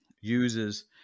uses